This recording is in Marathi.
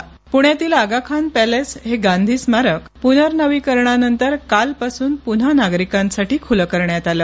पृण्यातील आगाखान पॅलेस हे गांधीस्मारक नृतनीकरणानंतर कालपासून पुन्हा नागरिकांसाठी खुलं करण्यात आलं